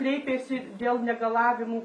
kreipėsi dėl negalavimų